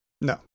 No